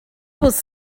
was